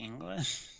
english